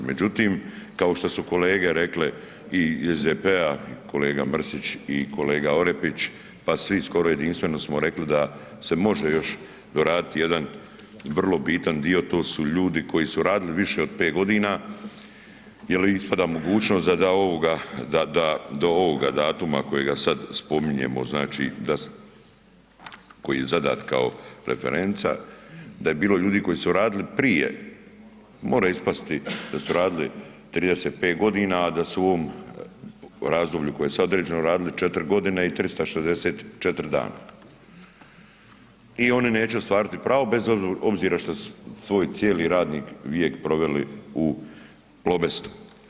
Međutim, kao što su kolege rekle iz SDP-a i kolega Mrsić i kolega Orepić, pa svi skoro jedinstveno smo rekli da se može još doraditi jedan vrlo bitan dio, to su ljudi koji su radili više od 5 godina jer ispada mogućnost da ovoga da do ovoga datuma kojega sad spominjemo znači da, koji je zadat kao referenca, da je bilo ljudi koji su radili prije, mora ispasti da su radili 35 g., a da su u ovom razdoblju koje se određeno radili 4 godine i 364 dana i oni neće ostvariti pravo bez obzira što su svoj cijeli radni vijek proveli u Plobestu.